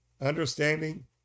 understanding